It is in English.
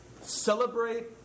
celebrate